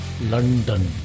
London